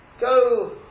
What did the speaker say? go